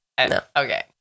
okay